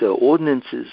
ordinances